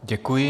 Děkuji.